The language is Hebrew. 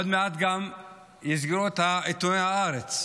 עוד מעט גם יסגרו את עיתון הארץ,